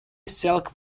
silk